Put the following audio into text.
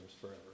forever